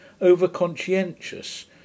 over-conscientious